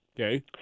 Okay